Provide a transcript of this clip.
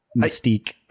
mystique